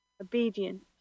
Obedient